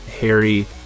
harry